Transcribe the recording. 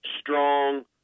strong